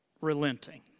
relenting